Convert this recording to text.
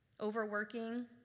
overworking